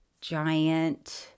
giant